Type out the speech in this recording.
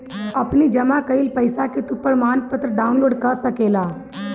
अपनी जमा कईल पईसा के तू प्रमाणपत्र डाउनलोड कअ सकेला